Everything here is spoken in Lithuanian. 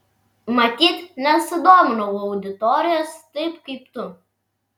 matyt nesudominau auditorijos taip kaip tu